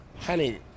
Honey